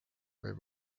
või